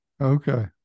Okay